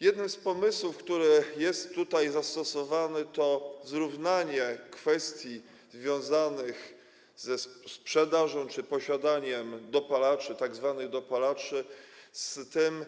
Jednym z pomysłów, który jest tutaj wykorzystany, jest zrównanie kwestii związanych ze sprzedażą czy posiadaniem dopalaczy, tzw. dopalaczy, z tym,